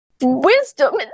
Wisdom